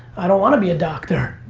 i don't want to be a doctor,